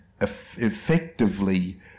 effectively